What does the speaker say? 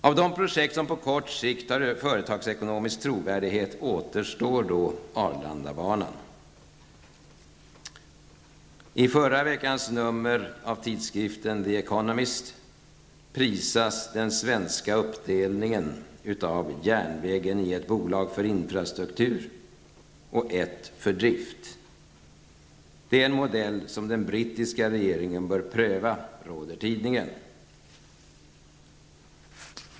Av de projekt som på kort sikt har företagskonomisk trovärdighet återstår då Economist prisas den svenska uppdelningen av järnvägen i ett bolag för infrastruktur och ett för drift. Det är en modell som den brittiska regeringen bör pröva, råder tidningen.